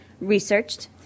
researched